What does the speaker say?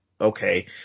okay